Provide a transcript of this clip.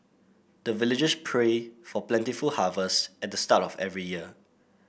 the villagers pray for plentiful harvest at the start of every year